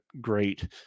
great